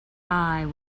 eye